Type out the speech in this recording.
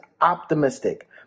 optimistic